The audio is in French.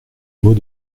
mot